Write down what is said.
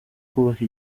kubaka